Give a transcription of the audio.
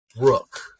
Brooke